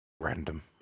random